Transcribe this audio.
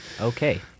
Okay